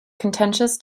contentious